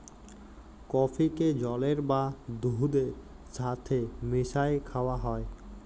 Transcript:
কফিকে জলের বা দুহুদের ছাথে মিশাঁয় খাউয়া হ্যয়